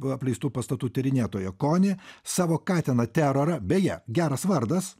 apleistų pastatų tyrinėtoja koni savo katiną terorą beje geras vardas